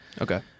Okay